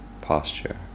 posture